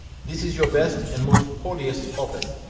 this is your best and most holiest office.